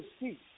see